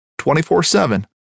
24-7